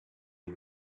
and